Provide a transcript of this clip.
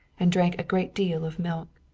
and drank a great deal of milk.